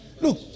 Look